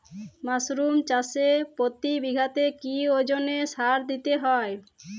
Mushroom চাষে প্রতি বিঘাতে কি ওজনে সার দিতে হবে?